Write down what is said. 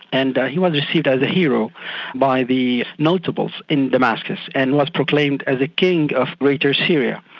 and he was received as a hero by the notables in damascus, and was proclaimed as the king of greater syria.